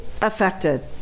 affected